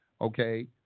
okay